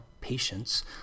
Patience